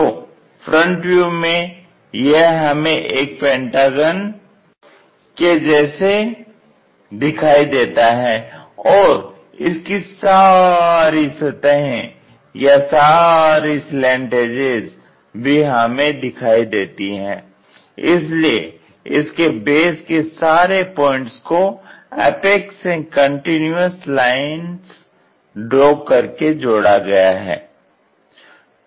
तो front view में यह हमें एक पेंटागन के जैसे दिखाई देता है और इसकी सारी सतहें या सारे स्लेंट एजेज़ भी हमें दिखाई देती हैं इसलिए इसके बेस के सारे पॉइंट्स को अपैक्स से कंटीन्यूअस लाइंस ड्रॉ करके जोड़ा गया है